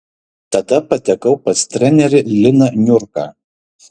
tada patekau pas trenerį liną niurką